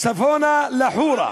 צפונה לחורה.